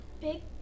big